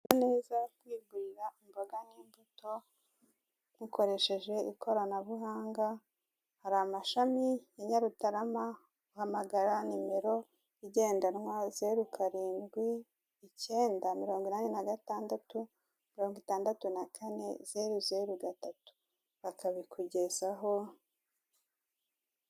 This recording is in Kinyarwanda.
Ni neza kwigurira imboga n'imbuto bikoresheje ikoranabuhanga hari amashami ya Nyarutarama uhamagara nimero igendanwa zeru karindwi icyenda mirongo inani na gatandatu mirongo itandatu na kane zeru zeru gatatu bakabikugezaho.